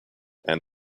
and